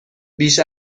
بیش